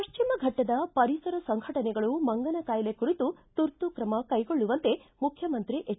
ಪಶ್ಚಿಮಘಟ್ಟದ ಪರಿಸರ ಸಂಘಟನೆಗಳು ಮಂಗನ ಕಾಯಿಲೆ ಕುರಿತು ತುರ್ತು ಕ್ರಮ ಕೈಗೊಳ್ಳುವಂತೆ ಮುಖ್ಯಮಂತ್ರಿ ಎಚ್